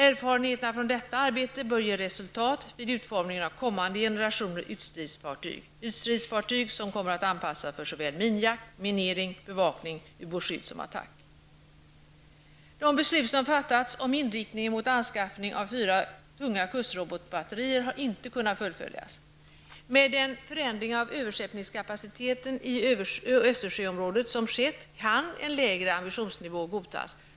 Erfarenheterna från detta arbete bör ge resultat vid utformningen av kommande generationer ytstridsfartyg -- ytstridsfartyg som kommer att anpassas för minjakt, minering, bevakning, ubåtsskydd och attack. De beslut som fattats om inriktningen mot anskaffning av fyra tunga kustrobotbatterier har inte kunnat fullföljas. Med den förändring av överskeppningskapaciteten i Östersjöområdet som skett kan en lägre ambitionsnivå godtas.